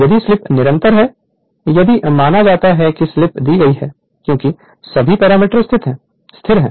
यदि स्लिप निरंतर है यदि माना जाता है कि स्लिप दी गई है क्योंकि सभी पैरामीटर स्थिर हैं